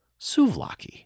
souvlaki